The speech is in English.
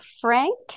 Frank